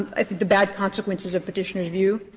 i think, the bad consequences of petitioner's view,